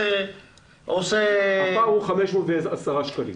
הפער הוא 510 שקלים.